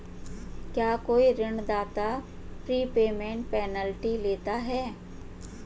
क्या कोई ऋणदाता प्रीपेमेंट पेनल्टी लेता है?